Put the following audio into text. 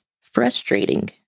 frustrating